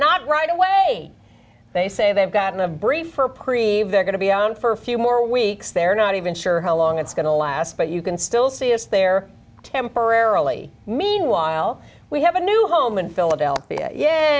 not right away they say they've gotten a brief or prevent going to be on for a few more weeks they're not even sure how long it's going to d last d but you can still see it's there temporarily meanwhile we have a new home in philadelphia yeah